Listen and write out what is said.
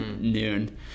noon